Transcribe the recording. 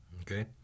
Okay